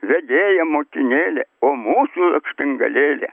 vedėja motinėle o mūsų lakštingalėlę